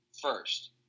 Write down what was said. first